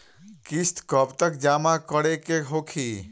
किस्त कब तक जमा करें के होखी?